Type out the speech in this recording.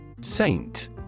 Saint